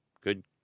good